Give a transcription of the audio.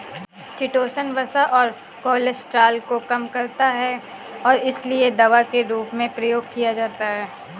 chitosan वसा और cholesterol को कम करता है और इसीलिए दवा के रूप में प्रयोग किया जाता है